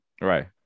right